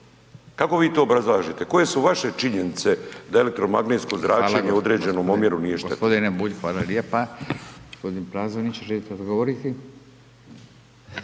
kako vi to obrazlažete, koje su vaše činjenice da elektromagnetsko zračenje u određenom omjeru nije štetno?